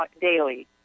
daily